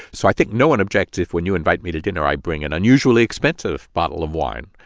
so i think no one objects if, when you invite me to dinner, i bring an unusually expensive bottle of wine,